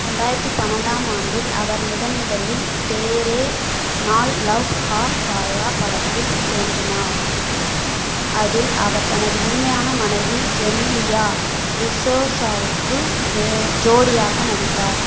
ரெண்டாயிரத்து பன்னெண்டாம் ஆண்டில் அவர் முதன்முதலில் தேரே நால் லவ் ஹா காயா படத்தில் தோன்றினார் அதில் அவர் தனது உண்மையான மனைவி ஜெனிலியா டிசோஸாவுக்கு நே ஜோடியாக நடித்தார்